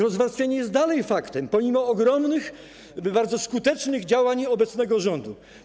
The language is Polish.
Rozwarstwienie jest dalej faktem pomimo ogromnych, bardzo skutecznych działań obecnego rządu.